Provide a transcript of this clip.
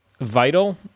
vital